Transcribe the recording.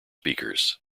speakers